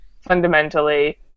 fundamentally